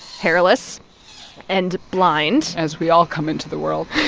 hairless and blind as we all come into the world